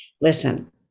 listen